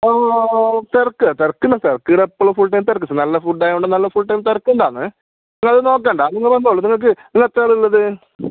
തിരക്ക് തിരക്ക് തന്നെ തിരക്ക് പിന്നെ ഇവിടെ എപ്പോഴും ഫുൾടൈം തിരക്ക് നല്ല ഫുഡ് ആയതുകൊണ്ട് നല്ല ഫുൾടൈം തിരക്ക് തന്നെയാണ് നിങ്ങളത് നോക്കേണ്ട നിങ്ങൾ വന്നോളൂ നിങ്ങൾക്ക് നിങ്ങൾ എത്ര ആളാണ് ഉള്ളത്